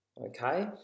okay